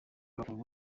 bakunda